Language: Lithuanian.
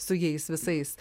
su jais visais